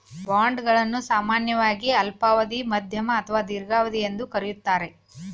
bond ಗಳನ್ನು ಸಾಮಾನ್ಯವಾಗಿ ಅಲ್ಪಾವಧಿ, ಮಧ್ಯಮ ಅಥವಾ ದೀರ್ಘಾವಧಿ ಎಂದು ಕರೆಯುತ್ತಾರೆ